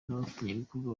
n’abafatanyabikorwa